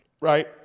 right